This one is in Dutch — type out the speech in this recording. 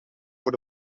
voor